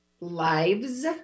lives